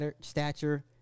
stature